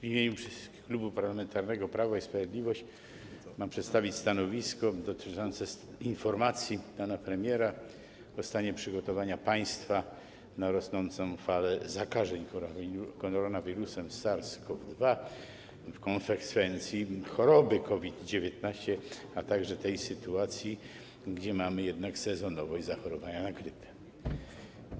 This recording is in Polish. W imieniu Klubu Parlamentarnego Prawo i Sprawiedliwość mam przedstawić stanowisko dotyczące informacji pana premiera o stanie przygotowania państwa na rosnącą falę zakażeń koronawirusem SARS-CoV-2 i w konsekwencji choroby COVID-19, a także tej sytuacji, gdy mamy jednak sezonowość zachorowania na grypę.